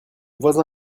voisin